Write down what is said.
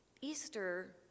Easter